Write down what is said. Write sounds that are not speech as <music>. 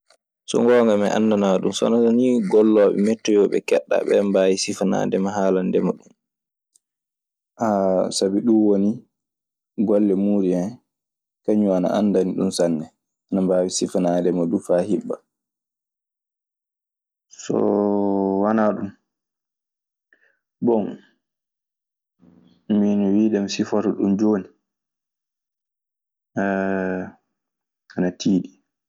So ngoonga mi anndana ɗun. So wanaa so nii gollooɓe metteyoo ɓee keɓɗaa. Ɓen mbaawi sifanaadema, haalandema. <hesitation> sabi ɗun woni golle muuɗun en, kañun ana anndani ɗun sanne. Nde mbaawi sifanaade ma duu faa hiɓɓa. So wanaa ɗun, bon, min e wiide mi sifoto ɗun jooni <hesitation> ana tiiɗi.